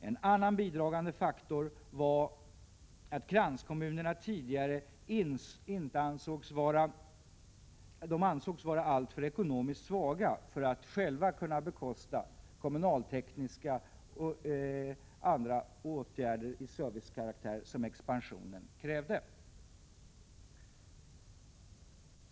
En annan bidragande faktor var att kranskommunerna tidigare ansågs alltför ekonomiskt svaga för att själva kunna bekosta den kommunaltekniska och Övriga service som expansionen krävde.